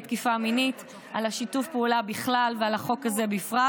תקיפה מינית על שיתוף הפעולה בכלל ועל החוק הזה בפרט.